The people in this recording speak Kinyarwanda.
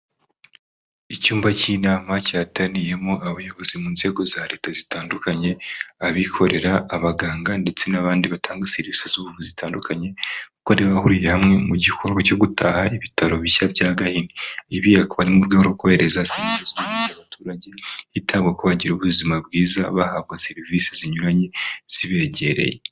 Icyumba cy'inama cyateraniyemo abayobozi mu nzego za Leta zitandukanye, abikorera, abaganga ndetse n'abandi batanga serivisi z'ubuvuzi zitandukanye kukobari bahuriye hamwe mu gikorwa cyo gutaha ibitaro bishya bya gahini. Ibi akaba ari mu rwego rwo kwegereza serivisi z'ubuvuzi abaturage, hitabwa ku kuba bagira ubuzima bwiza, bahabwa serivisi zinyuranye zibegereye.